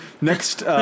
Next